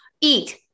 eat